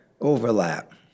Overlap